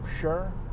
sure